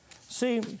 See